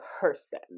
person